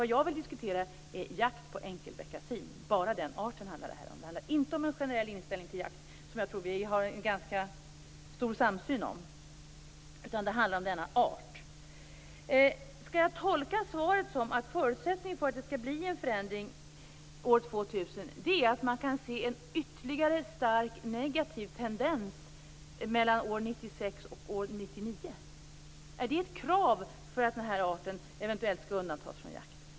Vad jag vill diskutera är jakt på enkelbeckasin - bara den arten. Det handlar inte om en generell inställning till jakt, något som jag tror att vi har en ganska stor samsyn om. Det handlar om denna art. Skall jag tolka svaret som att en förutsättning för att det skall bli en förändring år 2000 är att man kan se en ytterligare stark negativ tendens mellan år 1996 och år 1999? Är det ett krav för att den här arten eventuellt skall undantas från jakt?